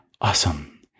awesome